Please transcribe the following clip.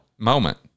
Moment